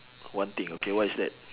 one thing okay what is that